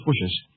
bushes